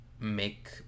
make